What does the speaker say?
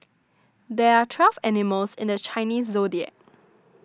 there are twelve animals in the Chinese zodiac